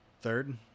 third